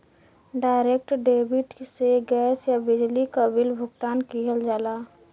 direct debit से gas या बिजली क बिल भुगतान किहल जाला